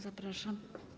Zapraszam.